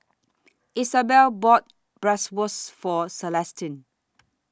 Isabel bought Bratwurst For Celestine